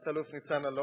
תת-אלוף ניצן אלון,